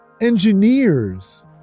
engineers